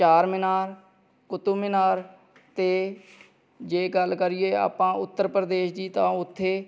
ਚਾਰ ਮੀਨਾਰ ਕੁਤਬਮੀਨਾਰ ਅਤੇ ਜੇ ਗੱਲ ਕਰੀਏ ਆਪਾਂ ਉੱਤਰ ਪ੍ਰਦੇਸ਼ ਦੀ ਤਾਂ ਉੱਥੇ